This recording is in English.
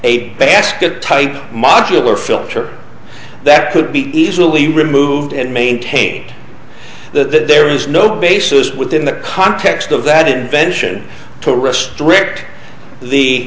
a basket type modular filter that could be easily removed and maintained that there is no basis within the context of that invention to restrict the